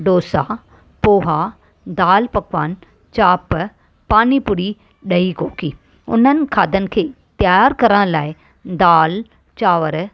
डोसा पोहा दाल पकवान चाप पानीपूरी ॾही कोकी उन्हनि खाधनि खे तियारु करण लाइ दाल चावर